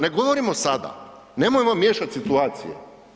Ne govorim o sada, nemojmo miješati situacije.